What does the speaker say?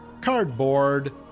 cardboard